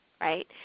right